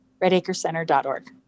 redacrecenter.org